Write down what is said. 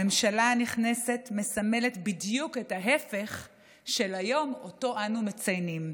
הממשלה הנכנסת מסמלת בדיוק את ההפך של היום שאנו מציינים.